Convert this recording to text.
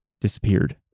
disappeared